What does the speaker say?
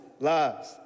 lives